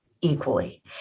equally